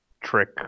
trick